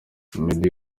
meddy